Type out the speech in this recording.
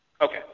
Okay